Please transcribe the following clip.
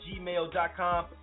gmail.com